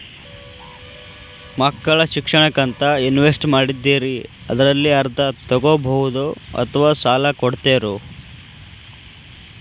ಮಕ್ಕಳ ಶಿಕ್ಷಣಕ್ಕಂತ ಇನ್ವೆಸ್ಟ್ ಮಾಡಿದ್ದಿರಿ ಅದರಲ್ಲಿ ಅರ್ಧ ತೊಗೋಬಹುದೊ ಅಥವಾ ಸಾಲ ಕೊಡ್ತೇರೊ?